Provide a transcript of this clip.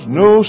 no